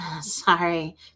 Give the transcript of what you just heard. sorry